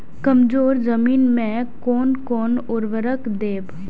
कमजोर जमीन में कोन कोन उर्वरक देब?